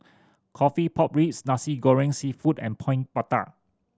coffee pork ribs Nasi Goreng Seafood and Coin Prata